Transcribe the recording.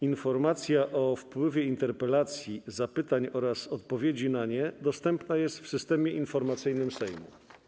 Informacja o wpływie interpelacji, zapytań oraz odpowiedzi na nie dostępna jest w Systemie Informacyjnym Sejmu.